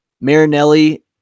Marinelli